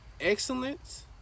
Excellence